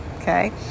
okay